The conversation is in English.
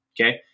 Okay